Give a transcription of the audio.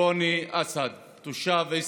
רוני אסד, תושב עוספיא,